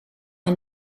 een